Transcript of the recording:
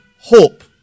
hope